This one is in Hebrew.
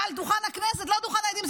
מעל דוכן הכנסת, לא דוכן העדים.